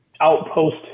outpost